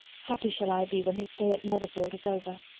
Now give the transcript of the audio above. happy shall i be, when his stay at netherfield is over!